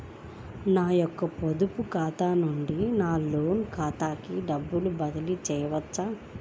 నా యొక్క పొదుపు ఖాతా నుండి నా లోన్ ఖాతాకి డబ్బులు బదిలీ చేయవచ్చా?